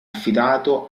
affidato